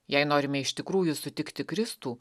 jei norime iš tikrųjų sutikti kristų